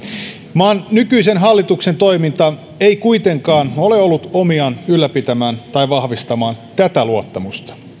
maan nykyisen hallituksen toiminta ei kuitenkaan ole ollut omiaan ylläpitämään tai vahvistamaan tätä luottamusta